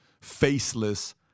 faceless